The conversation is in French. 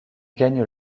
gagne